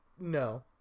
No